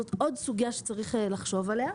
זה עוד סוגיה שצריך לחשוב עליה.